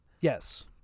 Yes